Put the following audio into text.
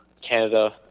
canada